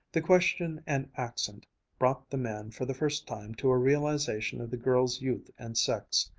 the question and accent brought the man for the first time to a realization of the girls' youth and sex.